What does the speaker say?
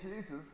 Jesus